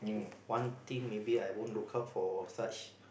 one thing maybe I won't look out for such